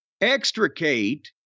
extricate